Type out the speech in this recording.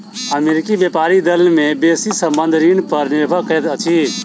अमेरिकी व्यापारी दल के बेसी संबंद्ध ऋण पर निर्भर करैत अछि